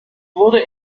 wurde